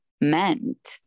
meant